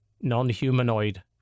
non-humanoid